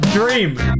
Dream